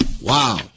Wow